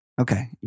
Okay